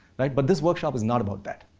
like but this workshop is not about that.